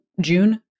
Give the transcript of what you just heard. June